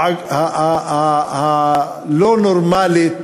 המציאות הלא-נורמלית,